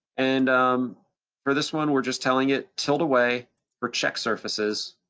and um for this one, we're just telling it, tilt away for check surfaces.